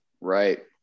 Right